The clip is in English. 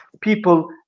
people